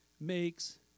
makes